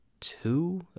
two